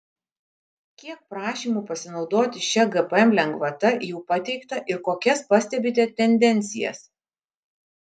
kiek prašymų pasinaudoti šia gpm lengvata jau pateikta ir kokias pastebite tendencijas